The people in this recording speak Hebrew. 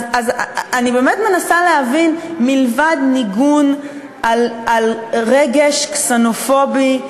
אני באמת מנסה להבין, מלבד ניגון על רגש קסנופובי,